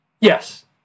Yes